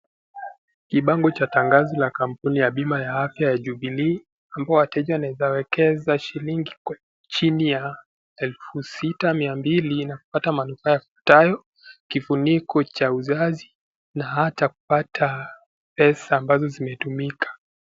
Kibango cha tangazo la Kampuni ya bima ya afya ya Jubilee, amabayo wateja wanaweza ekeza pesa chini ya elfu sita mia mbili kupata manufaa yafuatayo; Kifuniko cha uzazi, na hata kupata pesa ambazo zimetumika.